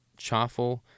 chaffle